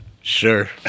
Sure